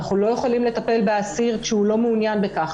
אנחנו לא יכולים לטפל באסיר כשהוא לא מעוניין בכך,